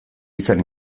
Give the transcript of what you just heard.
izan